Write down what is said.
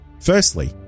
Firstly